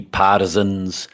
partisans